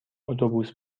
اتوبوس